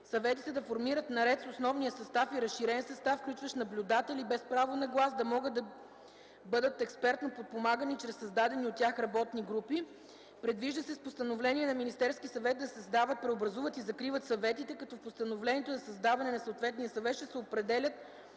съветите да формират наред с основния състав и разширен състав, включващ наблюдатели без право на глас; да могат да бъдат експертно подпомагани чрез създадени от тях работни групи. Предвижда се с постановление на Министерския съвет да се създават, преобразуват и закриват съветите, като в постановлението за създаване на съответния съвет ще се определят